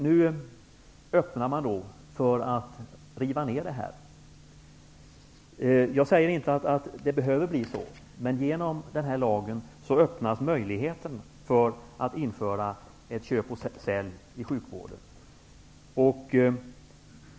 Nu öppnar man för att riva ner detta. Jag säger inte att det behöver bli så, men genom den här lagen öppnas möjligheten att införa köp och sälj i sjukvården.